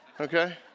Okay